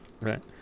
Right